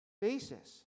basis